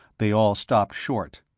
they all stopped short,